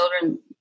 children